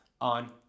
on